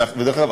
ודרך אגב,